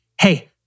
Hey